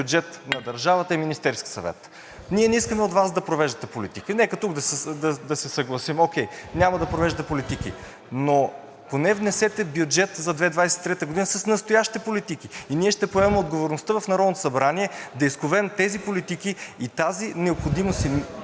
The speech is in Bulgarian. бюджет на държавата, е Министерският съвет. Ние не искаме от Вас да провеждате политики, нека тук да се съгласим, окей, няма да провеждате политики, но поне внесете бюджет за 2023 г. с настоящите политики и ние ще поемем отговорността в Народното събрание да изковем тези политики и тази необходимост